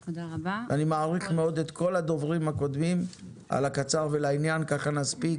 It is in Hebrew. אני מעריך מאוד את כל הדוברים הקודמים על הקצר ולעניין ככה נספיק,